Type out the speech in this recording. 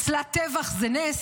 אצלה טבח זה נס,